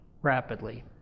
rapidly